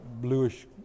bluish